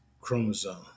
chromosome